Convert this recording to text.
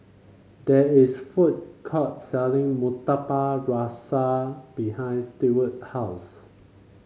there is a food court selling Murtabak Rusa behind Steward's house